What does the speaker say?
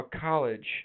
college